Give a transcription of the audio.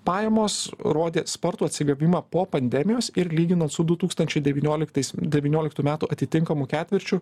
pajamos rodė spartų atsigavimą po pandemijos ir lyginant su du tūkstančiai devynioliktais devynioliktų metų atitinkamu ketvirčiu